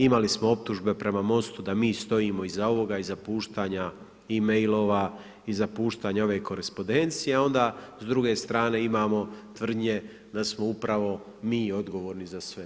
Imali smo optužbe prema MOST-u da mi stojimo iza ovoga, iza puštanja e-mailova, iza puštanja ove korespondencije, a on da s druge strane, imamo tvrdnje da smo upravo mi odgovorni za sve.